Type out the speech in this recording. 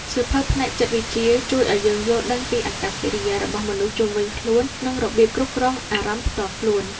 សៀវភៅផ្នែកចិត្តវិទ្យា ជួយឱ្យយើងយល់ដឹងពីអាកប្បកិរិយារបស់មនុស្សជុំវិញខ្លួន និងរបៀបគ្រប់គ្រងអារម្មណ៍ផ្ទាល់ខ្លួន។